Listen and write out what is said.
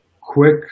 quick